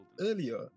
earlier